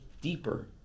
deeper